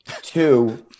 Two